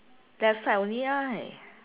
left side only right